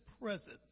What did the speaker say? presence